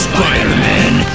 Spider-Man